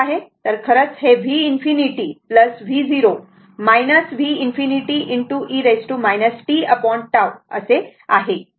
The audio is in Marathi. तर हे खरंच v∞ v0 v ∞ e tT आहे